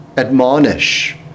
admonish